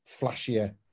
flashier